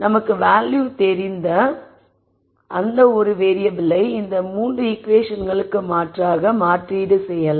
நமக்கு வேல்யூ தெரிந்த அந்த 1 வேறியபிளை இந்த 3 ஈகுவேஷன்களுக்கு மாற்றாக மாற்றீடு செய்யலாம்